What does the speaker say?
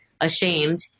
ashamed